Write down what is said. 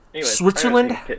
Switzerland